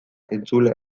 entzule